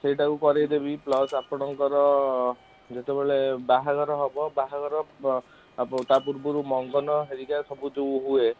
ସେଇଟାକୁ କରେଇଦେବି ପ୍ଲସ୍ ଆପଣଙ୍କର ଯେତେବେଳେ ବାହାଘର ହେବ ବାହାଘର ତା ପୂର୍ବରୁ ମଙ୍ଗନ ହେରିକା ସବୁ ଯେଉଁ ହୁଏ